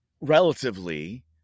relatively